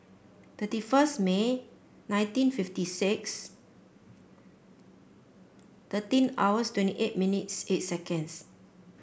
thirty first May nineteen fifty six thirteen hours twenty eight minutes eight seconds